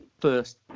first